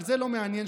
זה לא מעניין.